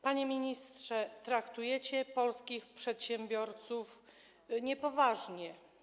Panie ministrze, traktujecie polskich przedsiębiorców niepoważnie.